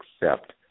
accept